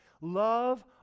Love